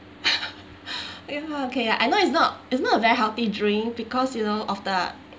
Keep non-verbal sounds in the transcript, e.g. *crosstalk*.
*laughs* *breath* ya okay I know it's not it's not a very healthy drink because you know of the